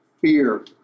fear